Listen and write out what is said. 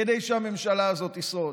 כדי שהממשלה הזו תשרוד: